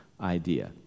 idea